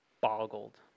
boggled